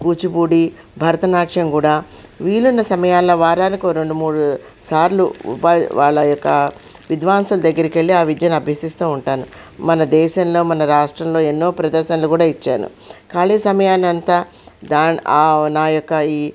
కూచిపూడి భరతనాట్యం కూడా వీలున్న సమయాల్లో వారానికి రెండు మూడు సార్లు ఉపాధి వాళ్ళ యొక్క విద్వాంసుల దగ్గరికి వెళ్ళి ఆ విద్యను అభ్యసిస్తూ ఉంటాను మన దేశంలో మన రాష్ట్రంలో ఎన్నో ప్రదర్శనలను కూడా ఇచ్చాను ఖాళీ సమయాన్ని అంత దాన్ని నా యొక్క ఈ